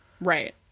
Right